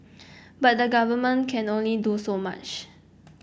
but the government can only do so much